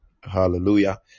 Hallelujah